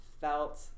felt